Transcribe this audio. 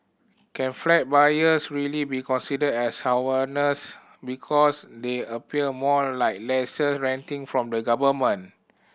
can flat buyers really be considered as homeowners because they appear more like lessee renting from the government